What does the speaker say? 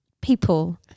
people